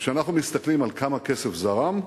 וכשאנחנו מסתכלים על כמה כסף זרם,